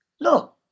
Look